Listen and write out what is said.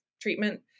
treatment